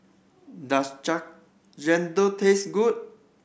does chendol taste good